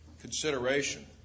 consideration